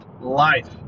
Life